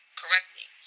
correctly